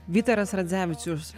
vytaras radzevičius